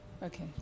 Okay